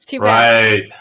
right